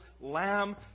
lamb